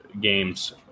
games